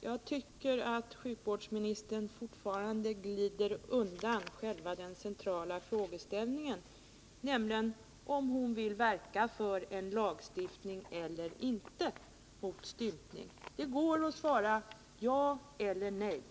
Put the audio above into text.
Jag tycker att sjukvårdsministern fortfarande glider undan själva den centrala frågeställningen, nämligen om hon vill verka för en lagstiftning mot stympning eller inte. Det går att svara ja eller nej.